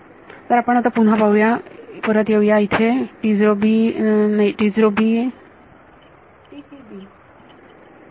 तर आपण पुन्हा परत येऊया इथे नाही विद्यार्थी T t b